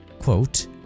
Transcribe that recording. Quote